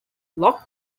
loch